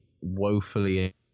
woefully